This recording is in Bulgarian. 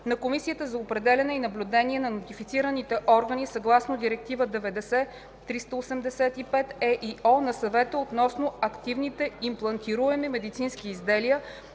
на Комисията за определяне и наблюдение на нотифицираните органи съгласно Директива 90/385/ЕИО на Съвета относно активните имплантируеми медицински изделия